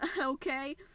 Okay